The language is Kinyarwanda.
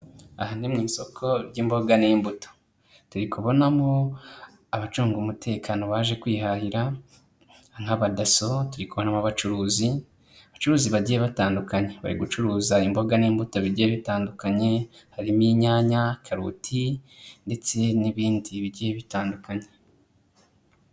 Aha ni mu isoko ry'imboga n'imbuto, turi kubonamo abacunga umutekano baje kwihahira nk'abadaso, turi kubonamo abacuruzi, abacuruzi bagiye batandukanya bari gucuruza imboga n'imbuto bigiye bitandukanye, harimo inyanya, karoti ndetse n'ibindi bigiye bitandukanye.